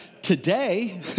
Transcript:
Today